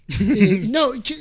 No